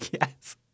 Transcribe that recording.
Yes